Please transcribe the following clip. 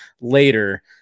later